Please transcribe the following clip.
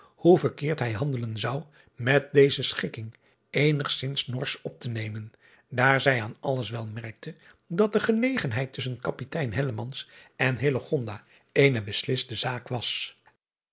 hoe verkeerd hij handelen zou met deze schikking eenigzins norsch op te nemen daar zij aan alles wel merkte dat de genegenheid tusschen apitein en eene besliste zaak was